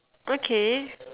okay